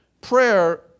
Prayer